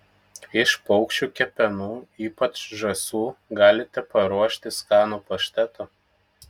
iš paukščių kepenų ypač žąsų galite paruošti skanų paštetą